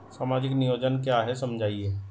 सामाजिक नियोजन क्या है समझाइए?